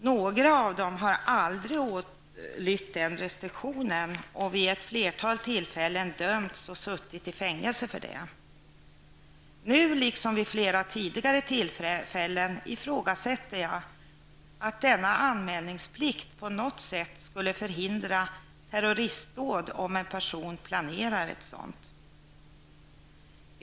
Några har vid ett flertal tillfällen dömts och suttit i fängelse för att aldrig ha åtlytt denna restriktion. Jag ifrågasätter nu liksom tidigare att denna anmälningsplikt på något sätt skulle förhindra terroristdåd om en person planerar ett sådant.